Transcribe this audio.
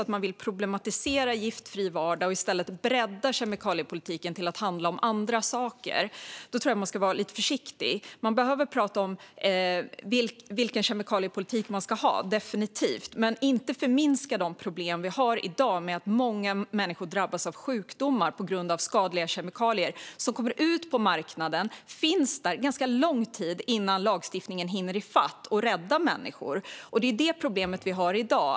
Om man vill problematisera "giftfri vardag" och i stället bredda kemikaliepolitiken så att den handlar om andra saker ska man nog vara lite försiktig. Man behöver definitivt prata om vilken kemikaliepolitik man ska ha, men man får inte förminska de problem vi har i dag med att många människor drabbas av sjukdomar på grund av skadliga kemikalier som kommer ut på marknaden. De finns där under ganska lång tid innan lagstiftningen hinner i fatt och räddar människor. Det är ett problem vi har i dag.